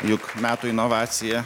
juk metų inovacija